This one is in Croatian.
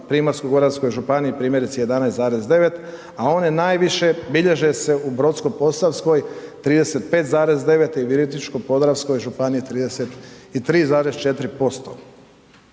Primorsko-goranskoj županiji primjerice 11,9 a one najviše bilježe se u Brodsko-posavskoj 35,9 i Virovitičko-podravskoj županiji 33,4%.